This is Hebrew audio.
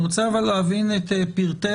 אני רוצה להבין את פרטי